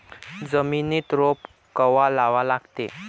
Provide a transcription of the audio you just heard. जमिनीत रोप कवा लागा लागते?